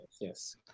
yes